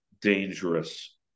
dangerous